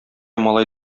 малай